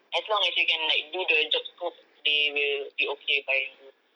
as long as you can like do the job scope they will be okay with hiring you